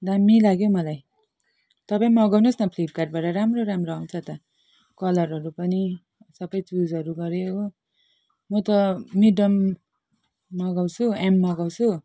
दामी लाग्यो हौ मलाई तपाईँ मगाउनु होस् न फ्लिपकार्टबाट राम्रो राम्रो आउँछ त कलरहरू पनि सबै चुजहरू गऱ्यो हो म त मिडियम मगाउँछु एम मगाउँछु